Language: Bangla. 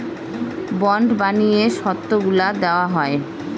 বন্ড বানিয়ে শর্তগুলা দেওয়া হয়